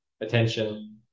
attention